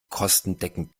kostendeckend